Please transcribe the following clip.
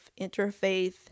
interfaith